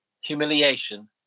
humiliation